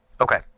Okay